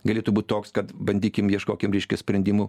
galėtų būt toks kad bandykim ieškokim reiškia sprendimų